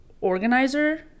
organizer